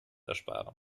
ersparen